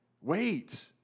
Wait